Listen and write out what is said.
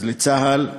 אז צה"ל,